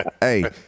Hey